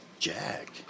Jack